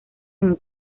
hong